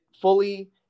fully